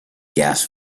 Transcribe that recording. gas